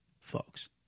folks